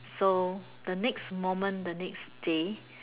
so the next moment the next day